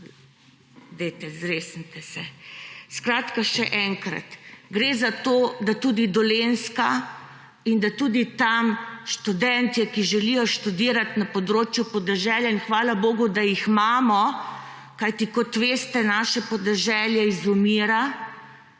Dajte, zresnite se! Skratka, še enkrat, gre za to, da tudi Dolenjska in da tudi tam so študentje, ki želijo študirati na področju podeželja, in hvala bogu, da jih imamo, kajti, kot veste, naše podeželje izumira,